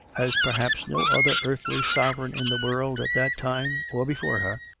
as perhaps no other earthly sovereign in the world at that time, or before her,